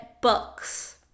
books